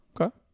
Okay